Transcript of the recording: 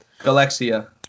Galaxia